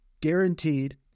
Guaranteed